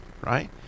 right